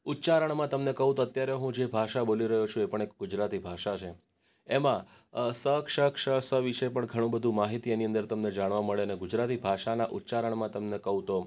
ઉચ્ચારણમાં તમને કહું તો અત્યારે હું જે ભાષા બોલી રહ્યો છું એ પણ એક ગુજરાતી ભાષા છે એમાં સ ક્ષ ક્ષ શ વિશે પણ ઘણું બધું માહિતી એની અંદર તમને જાણવા મળે ને ગુજરાતી ભાષાનાં ઉચ્ચારણમાં તમને કહું તો